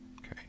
Okay